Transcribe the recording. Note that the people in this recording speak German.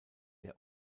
der